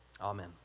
Amen